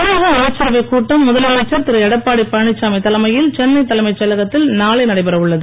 தமிழக அமைச்சரவை கூட்டம் முதலமைச்சர் திரு எடப்பாடி பழனிச்சாமி தலைமையில் சென்னை தலைமைச் செயலகத்தில் நாளை நடைபெறவுள்ளது